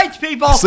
people